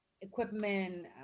equipment